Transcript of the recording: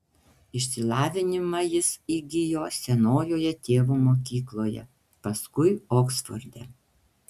išsilavinimą jis įgijo senojoje tėvo mokykloje paskui oksforde